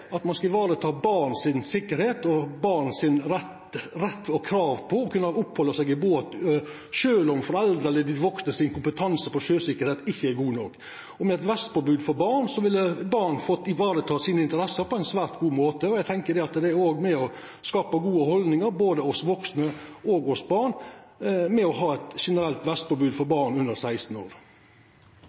at ein skal vareta sikkerheita for barn og deira rett til og krav på å kunna opphalda seg i båt, sjølv om kompetansen på sjøsikkerheit hos foreldra eller dei vaksne ikkje er god nok. Og med eit vestpåbod for barn ville barn fått vareteke interessene sine på ein svært god måte, og eg tenkjer at det òg er med på å skapa gode haldningar, både hos vaksne og hos barn, med eit generelt vestpåbod for barn under 16 år.